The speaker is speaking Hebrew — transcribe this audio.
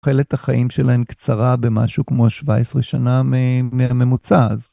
תוחלת החיים שלהן קצרה במשהו כמו 17 שנה מהממוצע.